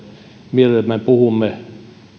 mielellämme puhumme